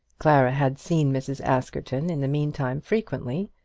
clara had seen mrs. askerton in the meantime frequently,